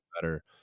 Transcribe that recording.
better